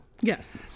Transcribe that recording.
Yes